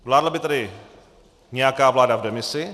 Vládla by tady nějaká vláda v demisi?